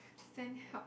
send help